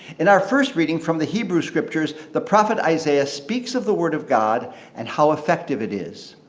in our first reading from the hebrew scriptures, the prophet isaiah speaks of the word of god and how effective it is.